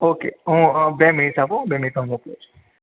okay હું બે minute આપો બે મિનિટમાં મોકલું છું